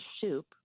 soup